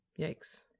Yikes